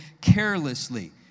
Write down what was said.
carelessly